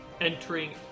entering